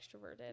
extroverted